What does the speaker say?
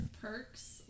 Perks